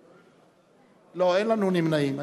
לא, אין לנו נמנעים.